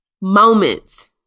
Moments